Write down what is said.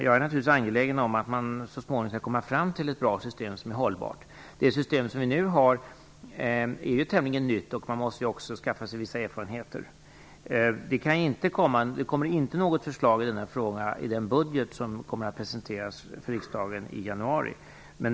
Jag är naturligtvis angelägen om att man så småningom skall komma fram till ett hållbart system. Det system som man nu har är tämligen nytt, och man måste skaffa sig vissa erfarenheter. Det kommer inte något förslag i denna fråga i den budget som kommer att presenteras för riksdagen i januari.